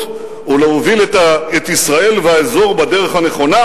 ולהוביל את ישראל והאזור בדרך הנכונה,